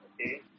Okay